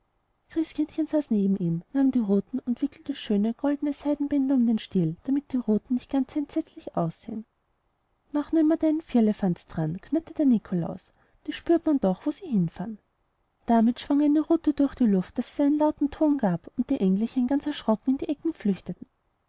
christkindchen saß neben ihm nahm die ruten und wickelte schöne gold und seidenbänder um den stil damit die ruten doch nicht so ganz entsetzlich aussähen mache nur immer deinen firlefanz daran knurrte der nikolaus die spürt man doch wo sie hinfahren damit schwang er eine rute durch die luft daß es einen lauten ton gab und die engelchen ganz erschrocken in die ecken flüchteten